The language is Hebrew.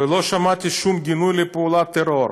ולא שמעתי שום גינוי של פעולת הטרור.